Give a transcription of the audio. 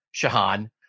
Shahan